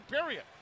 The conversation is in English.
period